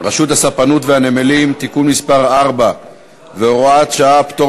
רשות הספנות והנמלים (תיקון מס' 4 והוראת שעה) (פטור